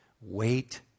wait